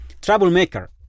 troublemaker